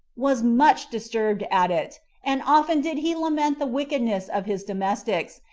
was much disturbed at it and often did he lament the wickedness of his domestics,